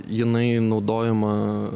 jinai naudojama